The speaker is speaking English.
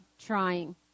trying